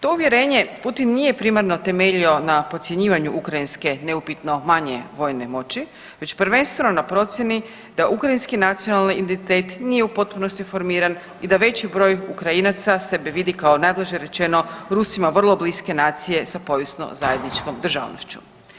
To uvjerenje Putin nije primarno temeljio na podcjenjivanju ukrajinske neupitno manje vojne moći već prvenstveno na procjeni da ukrajinski nacionalni identitet nije u potpunosti informiran i da veći broj Ukrajinaca sebe vidi kao najblaže rečeno Rusima vrlo bliske nacije sa povijesno zajedničkom državnošću.